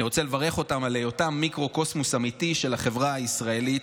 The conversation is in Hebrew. אני רוצה לברך אותם על היותם מיקרו-קוסמוס אמיתי של החברה הישראלית,